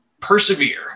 persevere